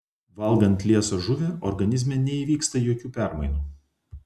valgant liesą žuvį organizme neįvyksta jokių permainų